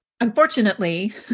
Unfortunately